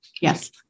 yes